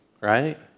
right